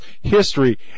history